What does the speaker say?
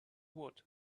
wood